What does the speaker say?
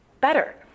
better